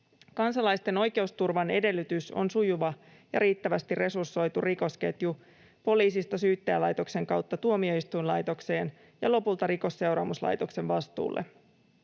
Kansalaisten oikeusturvan edellytys on sujuva ja riittävästi resursoitu rikosketju poliisista Syyttäjälaitoksen kautta tuomioistuinlaitokseen ja lopulta Rikosseuraamuslaitoksen vastuulle.